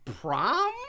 Prom